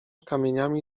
kamieniami